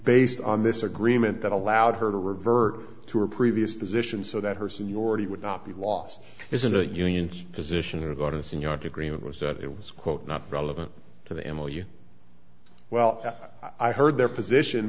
based on this agreement that allowed her to revert to her previous position so that her seniority would not be lost is in the union's position of voters in york agreement was that it was quote not relevant to the emmel you well i heard their position